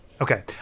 Okay